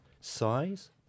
Size